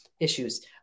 issues